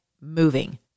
moving